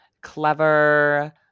clever